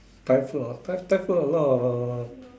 Thai food ah Thai food a lot of uh